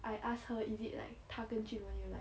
I ask her if it like 她跟 jun wei 有 like